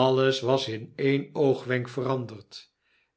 alles was in e'en oogwenk veranderd